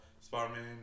Spider-Man